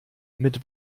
mit